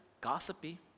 gossipy